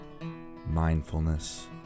mindfulness